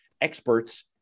experts